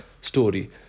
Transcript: story